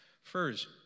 Furs